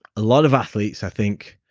a lot of athletes, i think,